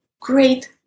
great